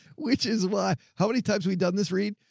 which is why, how many times we've done this read.